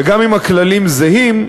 וגם אם הכללים זהים,